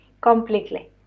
completely